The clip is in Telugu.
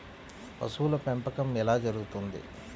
పశువుల పెంపకం ఎలా జరుగుతుంది?